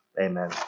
Amen